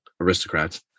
aristocrats